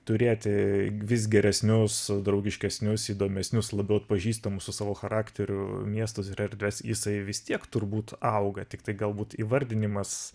turėti vis geresnius draugiškesnius įdomesnius labiau atpažįstamus su savo charakteriu miestus ir erdves jisai vis tiek turbūt auga tiktai galbūt įvardinimas